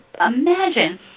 imagine